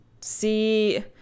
see